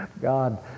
God